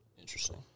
Interesting